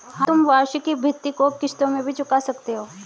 हाँ, तुम वार्षिकी भृति को किश्तों में भी चुका सकते हो